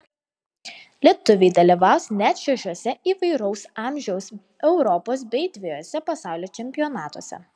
lietuviai dalyvaus net šešiuose įvairaus amžiaus europos bei dvejuose pasaulio čempionatuose